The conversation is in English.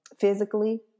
physically